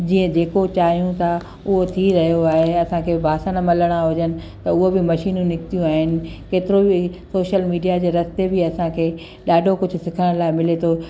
जीअं जेको चाहियूं था उहो थी रहियो आहे असांखे ॿासण मलणा हुजनि त उहो बि मशीनूं निकितियूं आहिनि केतिरो बि सोशल मीडिया जे रस्ते बि असांखे ॾाढो कुझु सिखण लाइ मिले थो